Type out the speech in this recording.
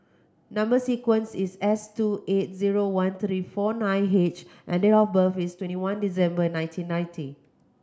number sequence is S two eight zero one three four nine H and date of birth is twenty one December nineteen ninety